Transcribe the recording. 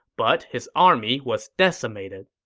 but his army was decimated.